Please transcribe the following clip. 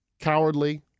cowardly